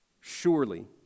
Surely